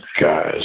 guys